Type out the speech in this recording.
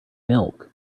milk